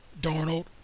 Darnold